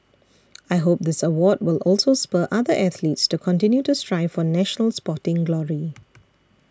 I hope this award will also spur other athletes to continue to strive for national sporting glory